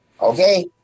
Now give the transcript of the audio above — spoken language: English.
Okay